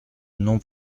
non